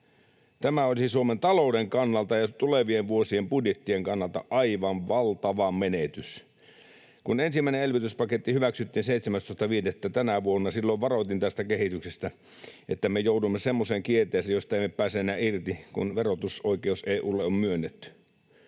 Tämä olisi Suomen talouden kannalta ja tulevien vuosien budjettien kannalta aivan valtava menetys. Kun ensimmäinen elvytyspaketti hyväksyttiin 17.5. tänä vuonna, silloin varoitin tästä kehityksestä, että me joudumme semmoiseen kierteeseen, josta emme pääse enää irti, kun verotusoikeus EU:lle on myönnetty.